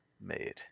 made